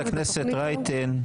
חברת הכנסת רייטן.